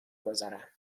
گذارم